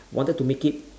wanted to make it